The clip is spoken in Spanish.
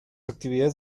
actividades